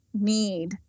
need